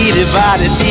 divided